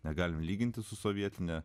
negalime lygintis su sovietine